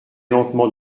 lentement